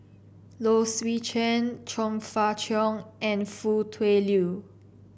Low Swee Chen Chong Fah Cheong and Foo Tui Liew